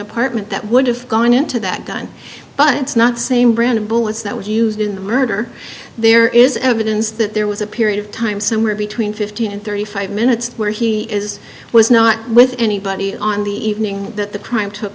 apartment that would have gone into that gun but it's not the same brand of bullets that was used in the murder there is evidence that there was a period of time somewhere between fifteen and thirty five minutes where he is was not with anybody on the evening that the crime took